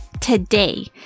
Today